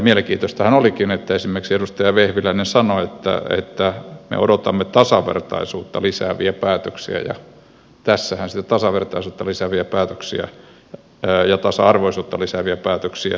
mielenkiintoistahan olikin että esimerkiksi edustaja vehviläinen sanoi että me odotamme tasavertaisuutta lisääviä päätöksiä ja tässähän sitä tasavertaisuutta ja tasa arvoisuutta lisääviä päätöksiä nyt tulee